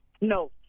No